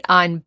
on